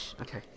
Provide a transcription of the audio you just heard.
Okay